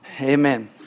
Amen